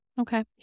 Okay